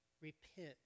Repent